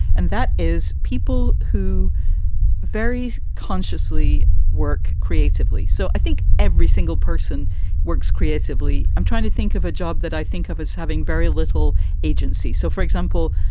and that is people who very consciously work creatively. so i think every single person works creatively. i'm trying to think of a job that i think of as having very little agency. so, for example,